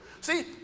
See